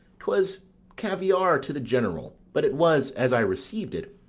twas caviare to the general but it was as i received it,